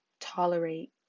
tolerate